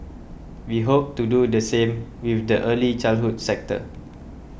we hope to do the same with the early childhood sector